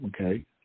okay